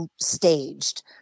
staged